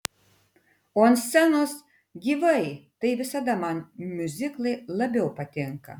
o ant scenos gyvai tai visada man miuziklai labiau patinka